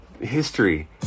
history